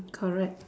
correct